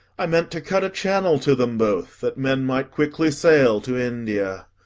i meant to cut a channel to them both, that men might quickly sail to india.